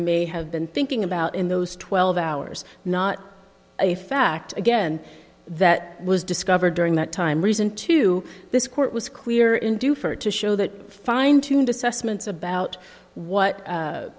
may have been thinking about in those twelve hours not a fact again that was discovered during that time reason to this court was clear in due for to show that fine tuned assessments about what